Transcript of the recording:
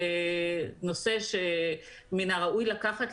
נושא שמן הראוי לקחת,